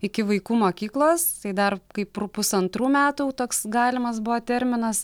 iki vaikų mokyklos tai dar kaip ir pusantrų metų toks galimas buvo terminas